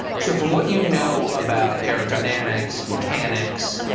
so from what you know about aerodynamics, mechanics,